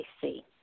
see